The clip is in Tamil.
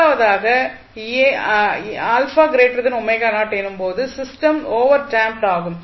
முதலாவதாக எனும் போது சிஸ்டம் ஓவர் டேம்ப்டு ஆகும்